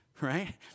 Right